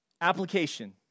Application